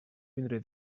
vindré